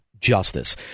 justice